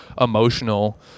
emotional